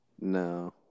No